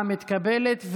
מתקבלת.